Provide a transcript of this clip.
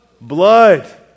blood